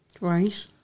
Right